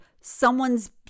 someone's